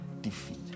defeat